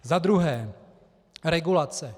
Za druhé regulace.